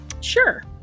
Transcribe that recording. Sure